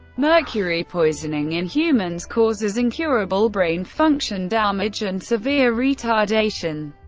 mercury poisoning in humans causes incurable brain function damage and severe retardation.